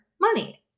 money